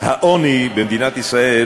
העוני במדינת ישראל